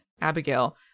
Abigail